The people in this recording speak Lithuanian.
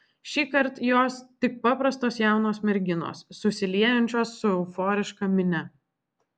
šįkart jos tik paprastos jaunos merginos susiliejančios su euforiška minia